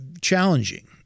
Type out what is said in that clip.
challenging